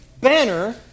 banner